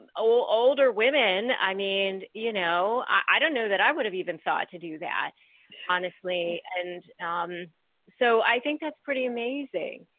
older women i mean you know i don't know that i would have even thought to do that honestly, and um so i think, that's pretty amazing.